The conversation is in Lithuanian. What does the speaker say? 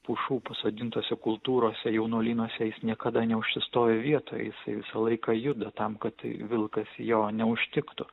pušų pasodintose kultūrose jaunuolynuose jis niekada neužsistovi vietoj jisai visą laiką juda tam kad vilkas jo neužtiktų